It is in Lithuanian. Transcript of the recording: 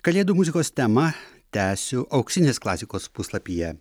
kalėdų muzikos temą tęsiu auksinės klasikos puslapyje